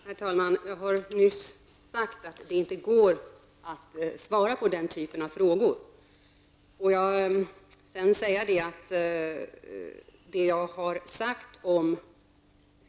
Herr talman! Jag har nyss sagt att det inte går att svara på den här typen av frågor.